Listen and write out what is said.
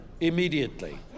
immediately